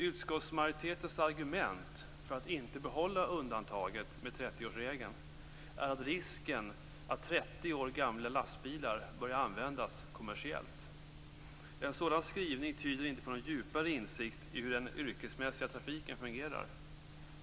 Utskottsmajoritetens argument för att inte behålla undantaget med 30-årsregeln är risken att 30 år gamla lastbilar börjar användas kommersiellt. En sådan skrivning tyder inte på någon djupare insikt i hur den yrkesmässiga trafiken fungerar.